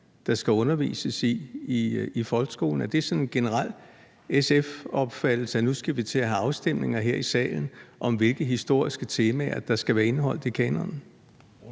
der skal undervises i i folkeskolen? Er det generelt SF's opfattelse, at vi nu skal til at have afstemninger her i salen om, hvilke historiske temaer der skal være indeholdt i kanonen?